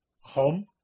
Home